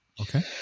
okay